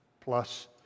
plus